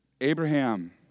Abraham